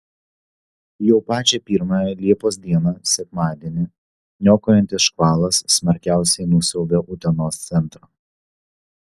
jau pačią pirmąją liepos dieną sekmadienį niokojantis škvalas smarkiausiai nusiaubė utenos centrą